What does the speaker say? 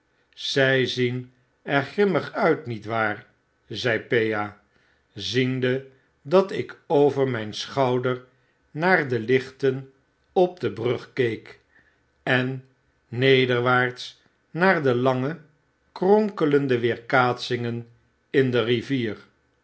zy zien er grimmig uit niet waar zei pea ziende dat ik over myn schouder naar de lichten op de brug keek en nederwaarts naar de lange kronkelende weerkaatsingen in de rivier